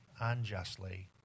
unjustly